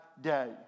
day